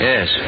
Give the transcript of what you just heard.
Yes